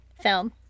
Film